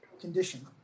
condition